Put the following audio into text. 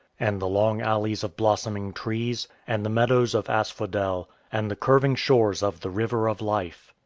and the long alleys of blossoming trees, and the meadows of asphodel, and the curving shores of the river of life.